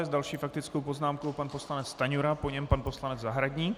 S další faktickou poznámkou pan poslanec Stanjura, po něm pan poslanec Zahradník.